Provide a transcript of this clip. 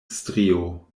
strio